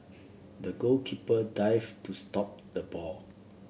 the goalkeeper dived to stop the ball